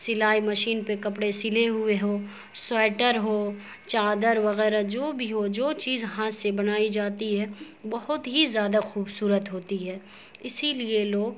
سلائی مشین پہ کپڑے سلے ہوئے ہو سوئٹر ہو چادر وغیرہ جو بھی ہو جو چیز ہاتھ سے بنائی جاتی ہے بہت ہی زیادہ خوبصورت ہوتی ہے اسی لیے لوگ